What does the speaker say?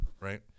right